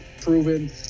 proven